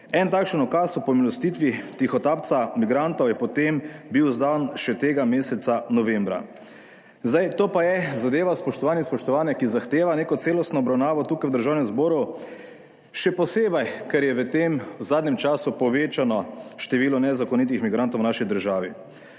En takšen ukaz o pomilostitvi tihotapca migrantov je potem bil izdan še tega meseca novembra. Zdaj, to pa je zadeva, spoštovani in spoštovane, ki zahteva neko celostno obravnavo tukaj v Državnem zboru, še posebej, ker je v tem zadnjem času povečano število nezakonitih migrantov v naši državi.